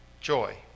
joy